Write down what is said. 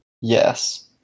Yes